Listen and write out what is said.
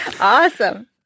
awesome